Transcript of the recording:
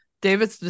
David